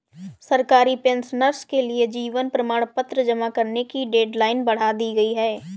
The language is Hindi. सरकारी पेंशनर्स के लिए जीवन प्रमाण पत्र जमा करने की डेडलाइन बढ़ा दी गई है